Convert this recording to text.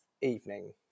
evening